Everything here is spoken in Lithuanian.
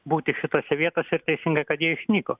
būti šitose vietose ir teisinga kad jie išnyko